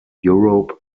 europe